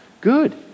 good